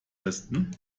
besten